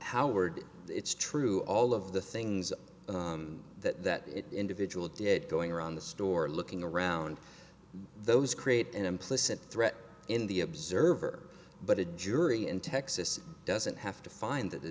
howard it's true all of the things that that individual did going around the store looking around those create an implicit threat in the observer but a jury in texas doesn't have to find that the